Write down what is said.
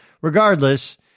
regardless